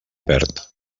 perd